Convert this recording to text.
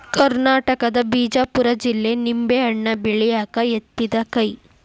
ಕರ್ನಾಟಕದಾಗ ಬಿಜಾಪುರ ಜಿಲ್ಲೆ ನಿಂಬೆಹಣ್ಣ ಬೆಳ್ಯಾಕ ಯತ್ತಿದ ಕೈ